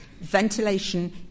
ventilation